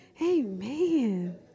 Amen